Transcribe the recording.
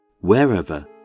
wherever